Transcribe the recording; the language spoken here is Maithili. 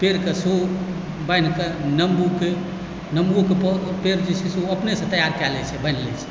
पेड़के सेहो बान्हि कऽ नीबूके पेड़ निम्बुके पेड़ जे छै से ओ अपनेसँ तैयार कए लए छै बान्हि लए छै